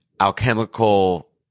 alchemical